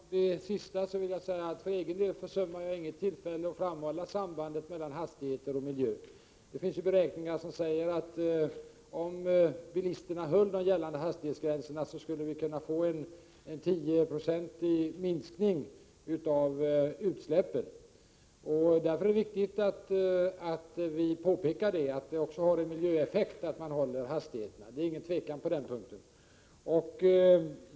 Herr talman! Med anledning av den sista frågan vill jag säga att jag för egen del inte försummar något tillfälle att framhålla sambandet mellan hastigheten och miljön. Det finns beräkningar som säger att om bilisterna höll de gällande hastighetsgränserna, skulle vi kunna få en 10-procentig minskning av utsläppen. Därför är det viktigt att vi påpekar att det också har en miljöeffekt när hastigheterna hålls. Det finns inget tvivel på den punkten.